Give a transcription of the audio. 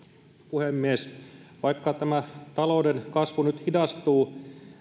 puhemies vaikka tämä talouden kasvu nyt hidastuu